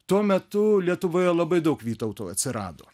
tuo metu lietuvoje labai daug vytautų atsirado